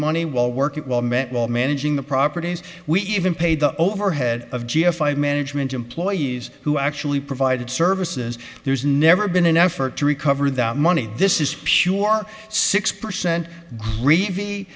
money while working well met while managing the properties we even paid the overhead of g f i management employees who actually provided services there's never been an effort to recover that money this is pure six percent gr